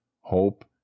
hope